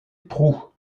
prou